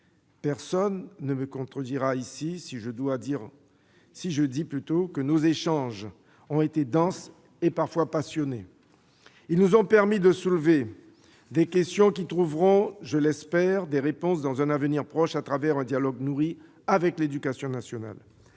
Personne ne me contredira sur ce point, nos échanges ont été denses, et parfois passionnés ; ils nous ont permis de soulever des questions qui trouveront, j'en forme le voeu, des réponses dans un avenir proche, au travers d'un dialogue nourri avec l'éducation nationale.